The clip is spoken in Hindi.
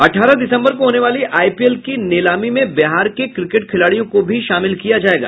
अठारह दिसम्बर को होने वाली आईपीएल की नीलामी में बिहार के क्रिकेट खिलाड़ियों को भी शामिल किया जायेगा